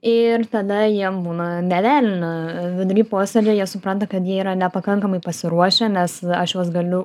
ir tada jiem būna nė velnio vidury posėdžio jie supranta kad jie yra nepakankamai pasiruošę nes aš juos galiu